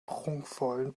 prunkvollen